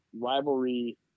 rivalry